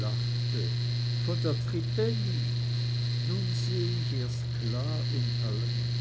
lachte von der trippelli nun sehe ich erst klar in allem